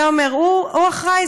זה אומר הוא אחראי,